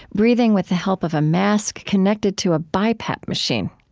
breathing with the help of a mask connected to a bipap machine.